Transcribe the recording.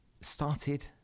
started